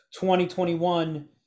2021